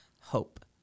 hope